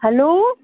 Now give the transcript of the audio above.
hello